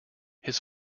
his